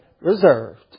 Reserved